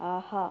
ஆஹா